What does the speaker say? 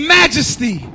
majesty